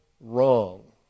wrong